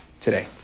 today